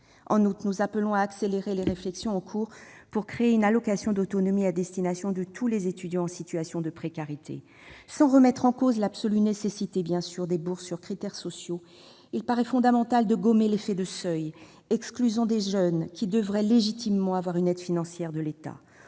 En outre, nous appelons à accélérer les réflexions en cours pour créer une allocation d'autonomie à destination de tous les étudiants en situation de précarité. Sans remettre en cause l'absolue nécessité des bourses sur critères sociaux, il paraît fondamental de gommer l'effet de seuil excluant des jeunes qui devraient légitimement bénéficier d'une aide financière de l'État.